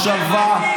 בשלווה,